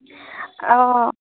অঁ